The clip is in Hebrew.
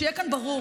שיהיה כאן ברור,